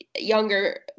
younger